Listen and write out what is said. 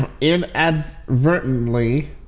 inadvertently